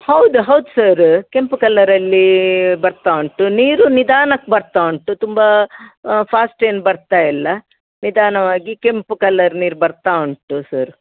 ಹೌದು ಹೌದು ಸರ್ ಕೆಂಪು ಕಲ್ಲರಲ್ಲಿ ಬರ್ತಾ ಉಂಟು ನೀರು ನಿಧಾನಕ್ಕೆ ಬರ್ತಾ ಉಂಟು ತುಂಬ ಫಾಸ್ಟ್ ಏನು ಬರ್ತಾ ಇಲ್ಲ ನಿಧಾನವಾಗಿ ಕೆಂಪು ಕಲ್ಲರ್ ನೀರು ಬರ್ತಾ ಉಂಟು ಸರ್